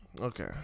Okay